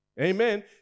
Amen